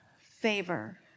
favor